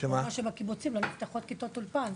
שבקיבוצים לא נפתחות כיתות אולפן,